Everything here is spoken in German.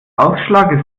ausschlag